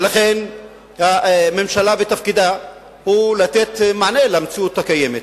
ולכן תפקיד הממשלה הוא לתת מענה למציאות הקיימת.